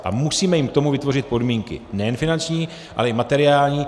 Ale musíme jim k tomu vytvořit podmínky nejen finanční, ale i materiální.